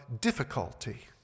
difficulty